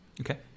Okay